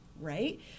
right